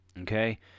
Okay